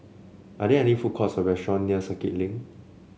are there any food courts or restaurant near Circuit Link